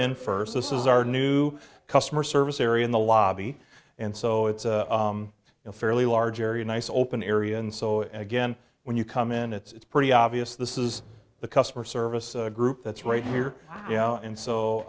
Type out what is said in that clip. in first this is our new customer service area in the lobby and so it's in a fairly large area nice open area and so again when you come in it's pretty obvious this is the customer service group that's right here yeah and so